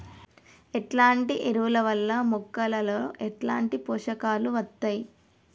ఎట్లాంటి ఎరువుల వల్ల మొక్కలలో ఎట్లాంటి పోషకాలు వత్తయ్?